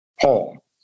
Paul